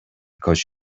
because